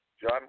John